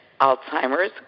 Alzheimer's